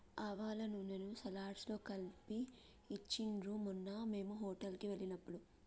ఆవాల నూనెను సలాడ్స్ లో కలిపి ఇచ్చిండ్రు మొన్న మేము హోటల్ కి వెళ్ళినప్పుడు